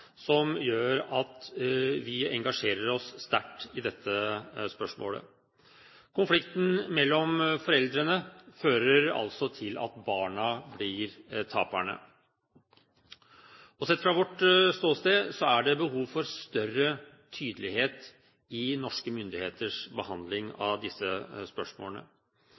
som gjør at vi engasjerer oss sterkt i dette spørsmålet. Konflikten mellom foreldrene fører altså til at barna blir taperne. Sett fra vårt ståsted er det behov for større tydelighet i norske myndigheters behandling av disse spørsmålene.